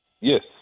Yes